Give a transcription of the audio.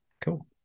Cool